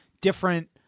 different